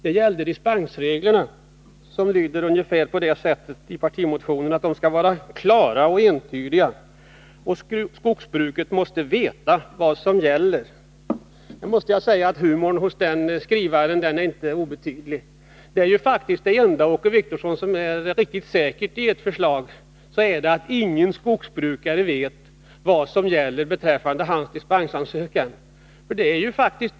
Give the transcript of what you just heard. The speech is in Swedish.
Det gäller dispensreglerna, där partimotionen lyder på följande sätt. Dispensreglerna skall vara klara och entydiga, och skogsbruket måste veta vad som gäller. Humorn hos den motionsskrivaren är inte obetydlig. Det enda som är riktigt säkert med ert förslag, Åke Wictorsson, är att ingen skogsbrukare vet vad som gäller beträffande hans dispensansökan.